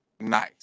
nice